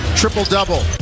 triple-double